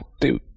Dude